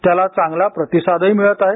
त्याला चांगला प्रतिसादही मिळत आहे